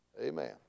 Amen